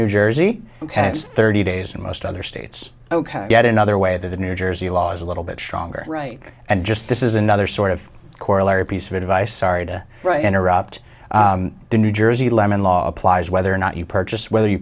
new jersey ok it's thirty days in most other states ok yet another way that the new jersey law is a little bit stronger right and just this is another sort of corollary piece of advice sorry to interrupt the new jersey lemon law applies whether or not you purchased whether you